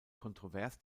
kontrovers